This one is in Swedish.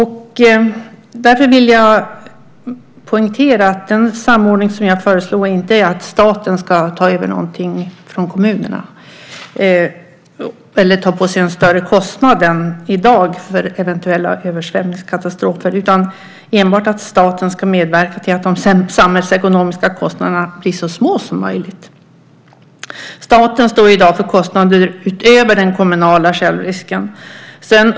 Jag vill poängtera att den samordning som jag föreslår inte innebär att staten ska ta över någonting från kommunerna eller ta på sig en större kostnad än i dag för eventuella översvämningskatastrofer utan enbart att staten ska medverka till att de samhällsekonomiska kostnaderna blir så små som möjligt. Staten står i dag för kostnader utöver den kommunala självrisken.